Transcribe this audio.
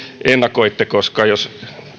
ennakoitte koska jos